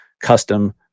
custom